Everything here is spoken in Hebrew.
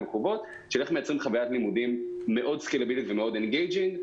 הקרובות של איך מייצרים חווית לימודים סקלבילית מאוד ואנגייג'ינג,